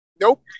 Nope